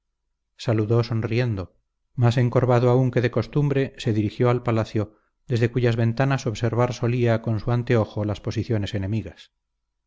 palabras saludó sonriendo más encorvado aún que de costumbre se dirigió al palacio desde cuyas ventanas observar solía con su anteojo las posiciones enemigas